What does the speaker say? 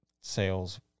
sales